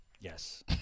Yes